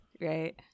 right